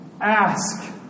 ask